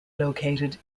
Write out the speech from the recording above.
located